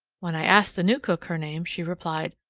when i asked the new cook her name, she replied,